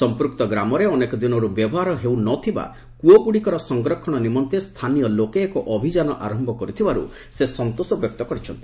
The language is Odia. ସଂପୃକ୍ତ ଗ୍ରାମରେ ଅନେକ ଦିନରୁ ବ୍ୟବହାର ହେଉନଥିବା କୃଅଗୁଡ଼ିକର ସଂରକ୍ଷଣ ନିମନ୍ତେ ସ୍ଥାନୀୟ ଲୋକେ ଏକ ଅଭିଯାନ ଆରମ୍ଭ କରିଥିବାର୍ ସେ ସନ୍ତୋଷ ବ୍ୟକ୍ତ କରିଛନ୍ତି